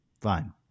fine